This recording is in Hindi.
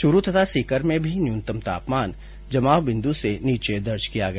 चूरू तथा सीकर में भी न्यूनतम तापमान जमाव बिन्दु से नीचे दर्ज किया गया